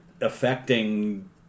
affecting